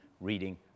reading